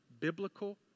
biblical